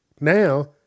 Now